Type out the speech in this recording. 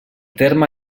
terme